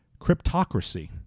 Cryptocracy